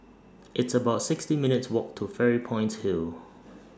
It's about sixty minutes' Walk to Fairy Point Hill